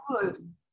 good